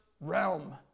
realm